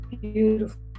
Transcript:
beautiful